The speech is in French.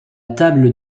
table